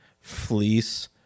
fleece